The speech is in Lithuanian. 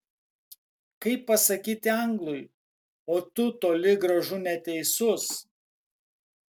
kaip pasakyti anglui o tu toli gražu neteisus